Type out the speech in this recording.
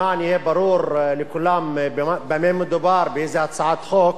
למען יהיה ברור לכולם במה מדובר, באיזה הצעת חוק,